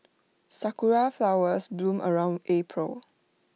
Sakura Flowers bloom around April